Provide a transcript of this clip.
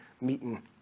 meeting